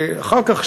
אחר כך,